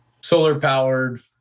solar-powered